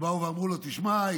ובאו ואמרו לו: תשמע,